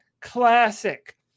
classic